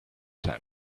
time